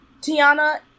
Tiana